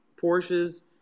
Porsche's